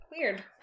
Weird